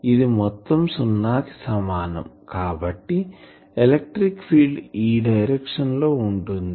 ఇది మొత్తం సున్నా కి సమానం కాబట్టి ఎలక్ట్రిక్ ఫీల్డ్ ఈ డైరెక్షన్ లో ఉంటుంది